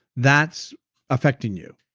that's affecting you.